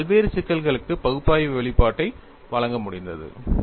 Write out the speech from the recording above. அவர் பல்வேறு சிக்கல்களுக்கு பகுப்பாய்வு வெளிப்பாட்டை வழங்க முடிந்தது